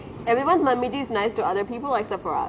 everyone's mummy jis is nice to other people except so for us